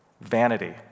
Vanity